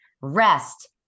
rest